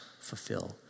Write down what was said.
fulfill